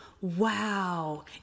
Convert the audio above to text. wow